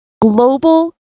global